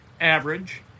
average